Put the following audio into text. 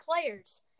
players